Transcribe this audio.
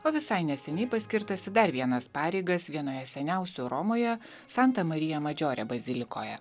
o visai neseniai paskirtas į dar vienas pareigas vienoje seniausių romoje santa marija madžore bazilikoje